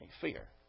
fear